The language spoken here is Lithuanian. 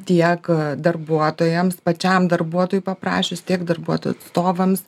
tiek darbuotojams pačiam darbuotojui paprašius tiek darbuotojų atstovams